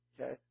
okay